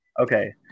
okay